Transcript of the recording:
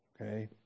Okay